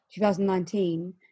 2019